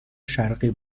شرقی